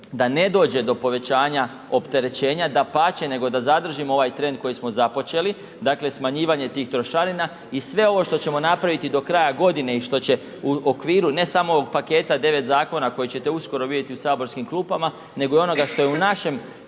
da ne dođe do povećanja opterećenja, dapače, nego da zadržimo ovaj trend koji smo započeli, dakle smanjivanje tih trošarina i sve ovo što ćemo napraviti do kraja godine i što će u okviru ne samo ovog paketa 9 zakona koji ćete uskoro vidjeti u saborskim klupama, nego onoga što je u našem